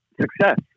success